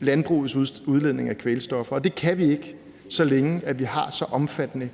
landbrugets udledning af kvælstof, og det kan vi ikke, så længe vi har så omfattende